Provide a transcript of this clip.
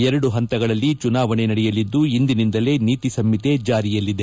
ಎರಡು ಹಂತಗಳಲ್ಲಿ ಚುನಾವಣೆ ನಡೆಯಲಿದ್ದು ಇಂದಿನಿಂದಲೇ ನೀತಿಸಂಹಿತೆ ಜಾರಿಯಲ್ಲಿದೆ